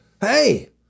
Hey